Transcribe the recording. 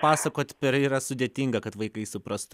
pasakot per yra sudėtina kad vaikai suprastų